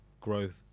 growth